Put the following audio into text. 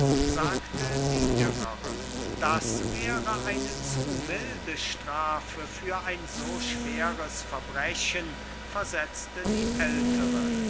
sagte die jüngere das wäre eine zu milde strafe für ein so schweres vergehen versetzte die ältere